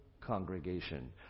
congregation